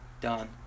done